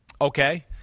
okay